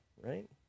right